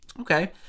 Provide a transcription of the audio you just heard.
okay